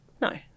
no